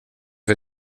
för